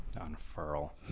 Unfurl